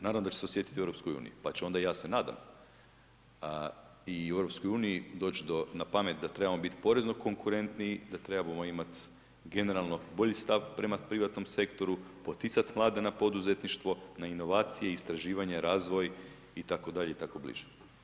Naravno da će se osjetiti u EU, pa će onda ja se nadam i u EU doći do na pamet da trebamo biti porezno konkurentniji, da trebamo imati generalno bolji stav prema privatnom sektoru, poticat mlade na poduzetništvo, na inovacije, istraživanja, razvoj i tako dalje i tako bliže.